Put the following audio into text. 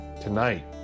tonight